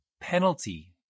penalty